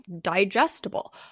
digestible